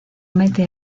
mete